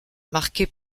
marquée